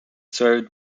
served